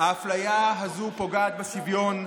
האפליה הזו פוגעת בשוויון,